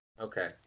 Okay